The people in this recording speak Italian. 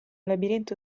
labirinto